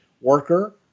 worker